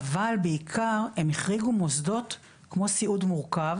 אבל בעיקר הם החריגו מוסדות כמו סיעוד מורכב